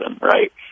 right